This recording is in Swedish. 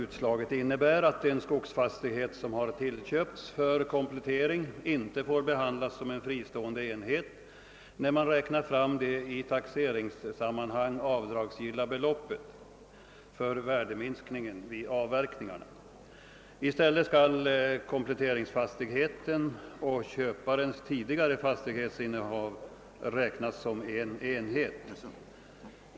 Det innebär att en skogsfastighet som inköpts för komplettering inte får behandlas som en fristående enhet när man räknar fram det i taxeringssammanhang avdragsgilla beloppet för värdeminskning vid avverkningar. I stället skall kompletteringsfastigheten och köparens tidigare innehavda fastighet räknas som en enhet.